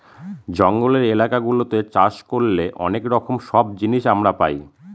জঙ্গলের এলাকা গুলাতে চাষ করলে অনেক রকম সব জিনিস আমরা পাই